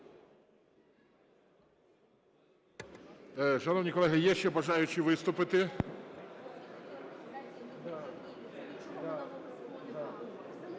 Дякую.